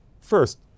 First